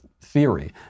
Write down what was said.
theory